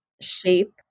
shape